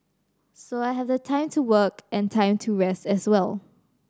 so I have the time to work and time to rest as well